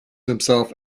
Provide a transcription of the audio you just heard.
himself